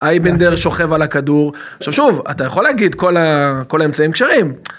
אייבנדר שוכב על הכדור עכשיו שוב אתה יכול להגיד כל האמצעים כשרים.